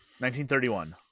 1931